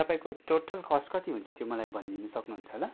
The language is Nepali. तपाईँको टोटल कस्ट कति हुन्छ त्यो मलाई भनिदिन सक्नुहुन्छ होला